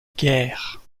guerre